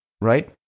right